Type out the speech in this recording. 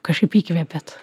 kažkaip įkvėpėt